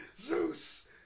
Zeus